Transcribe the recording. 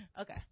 Okay